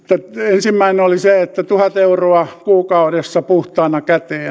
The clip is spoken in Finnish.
ensimmäinen oli se että tuhat euroa kuukaudessa puhtaana käteen